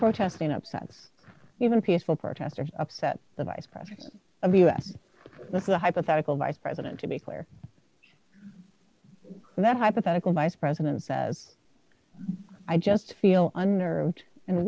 protesting upsets even peaceful protesters upset the vice president of the us this is a hypothetical vice president to be clear that hypothetical vice president says i just feel unnerved and